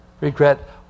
regret